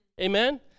Amen